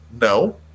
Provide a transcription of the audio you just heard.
No